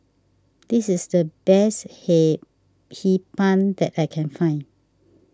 this is the best Hee Pan that I can find